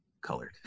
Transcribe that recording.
colored